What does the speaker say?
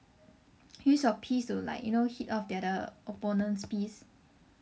use your piece to like you know hit off the other opponent's piece